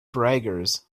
braggers